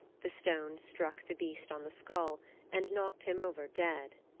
the stone struck the beast on the skull and knocked him over dead.